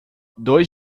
dois